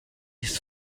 his